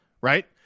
Right